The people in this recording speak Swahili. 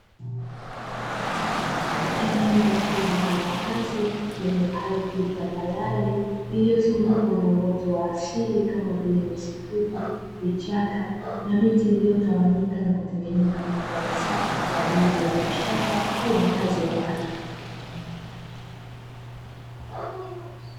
Eneo kubwa la wazi lenye ardhi tambarare iliyozungukwa na uoto wa asili kama vile nyasi fupi, vichaka na miti iliyotawanyika na kutengeneza mandhari safi kwa ajili ya mashamba au makazi ya watu.